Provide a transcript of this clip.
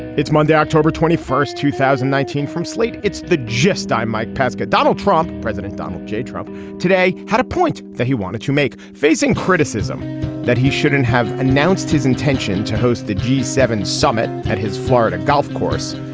it's monday october twenty first two thousand and nineteen from slate it's the gist i'm mike pesca. donald trump president donald j. trump today had a point that he wanted to make. facing criticism that he shouldn't have announced his intention to host the g seven summit at his florida golf course.